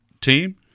team